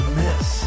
miss